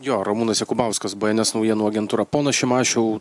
jo ramūnas jakubauskas bėenes naujienų agentūra ponas šimašiau